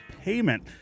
payment